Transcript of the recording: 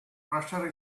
pressure